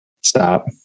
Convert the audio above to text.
Stop